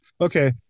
okay